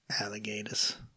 alligators